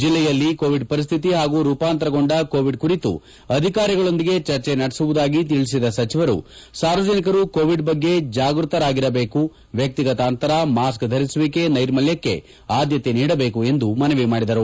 ಜಿಲ್ಲೆಯಲ್ಲಿ ಕೋವಿಡ್ ಪರಿಸ್ಥಿತಿ ಹಾಗೂ ರೂಪಾಂತರಗೊಂಡ ಕೋವಿಡ್ ಕುರಿತು ಅಧಿಕಾರಿಗಳೊಂದಿಗೆ ಚರ್ಚೆ ನಡೆಸುವುದಾಗಿ ತಿಳಿಸಿದ ಸಚಿವರು ಸಾರ್ವಜನಿಕರು ಕೋವಿಡ್ ಬಗ್ಗೆ ಜಾಗೃತವಾಗಿರಬೇಕು ವ್ಯಕ್ತಿಗತ ಅಂತರ ಮಾಸ್ಕ್ ಧರಿಸುವಿಕೆ ನೈರ್ಮಲ್ಯಕ್ಕೆ ಆದ್ಯತೆ ನೀಡಬೇಕು ಎಂದು ಮನವಿ ಮಾಡಿದರು